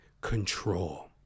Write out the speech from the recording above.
control